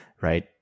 right